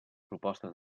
propostes